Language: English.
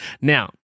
Now